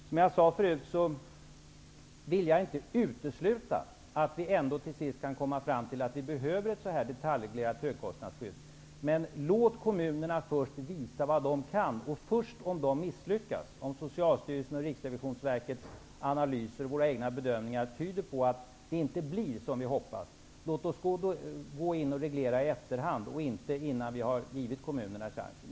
Som jag tidigare sade vill jag inte utesluta att vi ändå till sist kan komma fram till att vi behöver ett detaljreglerat högkostnadsskydd. Men låt först kommunerna visa vad de kan. Om de misslyckas, och Socialstyrelsens analyser och våra egna bedömningar tyder på att det inte blir som vi hoppas: låt oss då gå in och reglera i efterhand, och inte innan vi har givit kommunerna chansen.